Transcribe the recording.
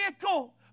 vehicle